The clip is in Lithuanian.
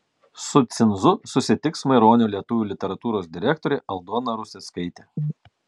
su cinzu susitiks maironio lietuvių literatūros direktorė aldona ruseckaitė